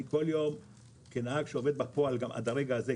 כמי שעובד בפועל עד הרגע הזה,